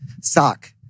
sock